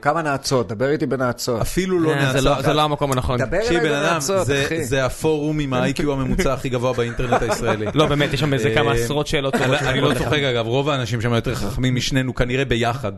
כמה נאצות, דבר איתי בנאצות אפילו לא נאצות זה לא המקום הנכון דבר איתי בנעצות זה הפורום עם האי.קיו הממוצע הכי גבוה באינטרנט הישראלי לא באמת יש שם איזה כמה עשרות שאלות אני לא צוחק אגב, רוב האנשים שם יותר חכמים משנינו כנראה ביחד